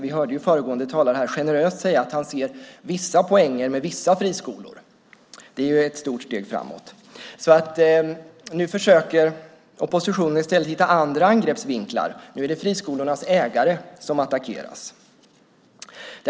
Vi hörde föregående talare här generöst säga att han ser vissa poänger med vissa friskolor. Det är ett stort steg framåt. Nu försöker oppositionen i stället hitta andra angreppsvinklar. Nu är det friskolornas ägare om attackeras.